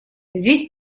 здесь